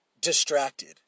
distracted